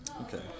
Okay